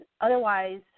otherwise